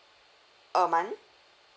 a month